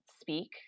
speak